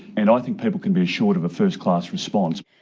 and i think people can be assured of a first class response.